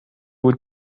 would